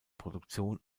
produktion